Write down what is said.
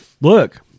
Look